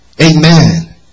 Amen